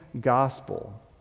gospel